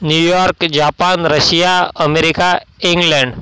New York Japan Russia America England